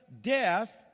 death